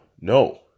no